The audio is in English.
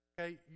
Okay